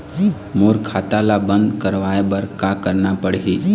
मोर खाता ला बंद करवाए बर का करना पड़ही?